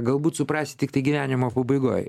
galbūt suprasi tiktai gyvenimo pabaigoj